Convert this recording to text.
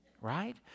Right